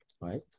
right